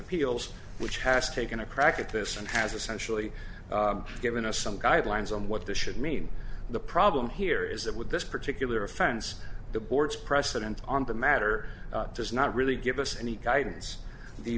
appeals which has taken a crack at this and has essentially given us some guidelines on what this should mean the problem here is that with this particular offense the board's precedent on the matter does not really give us any guidance